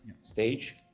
stage